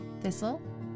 thistle